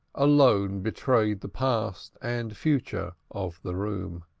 alone betrayed the past and future of the room.